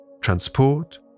transport